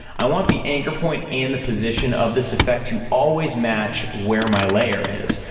i want the anchor point in the position of this effect to always match where my layer is.